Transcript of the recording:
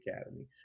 Academy